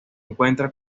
encuentra